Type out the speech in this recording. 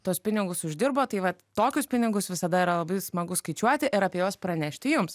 tuos pinigus uždirba tai vat tokius pinigus visada yra labai smagu skaičiuoti ir apie juos pranešti jums